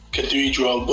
Cathedral